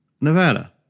Nevada